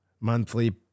Monthly